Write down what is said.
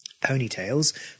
Ponytails